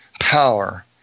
power